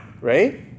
right